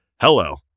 Hello